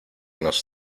nos